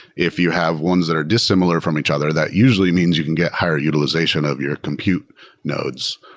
if you have ones that are dissimilar from each other, that usually means you can get higher utilization of your compute nodes.